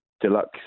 deluxe